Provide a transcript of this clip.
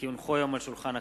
כי הונחו היום על שולחן הכנסת,